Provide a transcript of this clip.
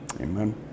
amen